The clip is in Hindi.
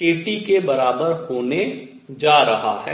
kT के बराबर होने जा रहा है